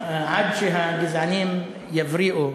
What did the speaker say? עד שהגזענים יבריאו,